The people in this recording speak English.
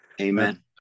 Amen